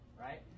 right